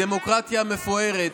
הדמוקרטיה המפוארת,